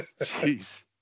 jeez